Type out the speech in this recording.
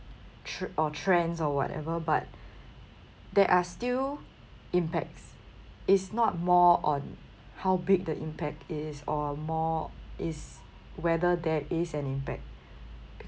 tre~ or trends or whatever but there are still impacts it's not more on how big the impact is or more it's whether there is an impact